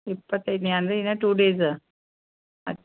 ಇಪ್ಪತ್ತೈದನೇ ಅಂದರೆ ಇನ್ನೂ ಟು ಡೇಸ್ ಹಾಂ